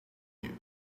you